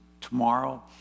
tomorrow